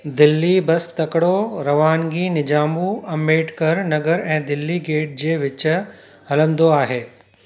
Delhi bus तकिड़ो रवानगी निज़ामु अंबेडकर नगर ऐं दिल्ली गेट जे विच हलंदो आहे